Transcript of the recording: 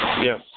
Yes